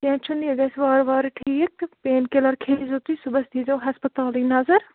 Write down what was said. کیٚنٛہہ چھُنہٕ یہِ گژھِٕ وارٕ وارٕ ٹھیٖک تہٕ پین کِلَر کھیٚزیو تُہۍ صُبحَس ییٖزیٚو ہَسپَتالٕے نظر